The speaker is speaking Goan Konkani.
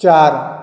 चार